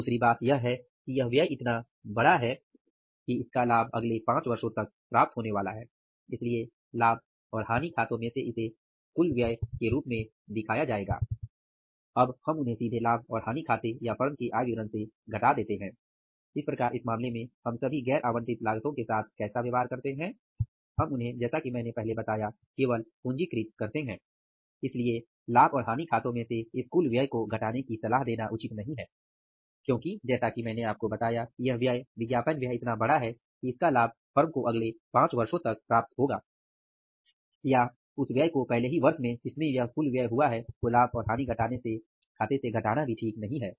दूसरी बात यह है कि व्यय इतना बड़ा है कि इसका लाभ अगले 5 वर्षों तक फर्म को प्राप्त होने वाला है इसलिए लाभ और हानि खाते में से इस कुल व्यय को घटाने की सलाह देना उचित नहीं हैं या उस व्यय को पहले ही वर्ष में जिसमे यह व्यय हुआ है को लाभ और हानि खाते से घटाना ठीक नहीं हैं